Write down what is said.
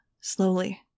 slowly